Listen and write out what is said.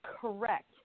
correct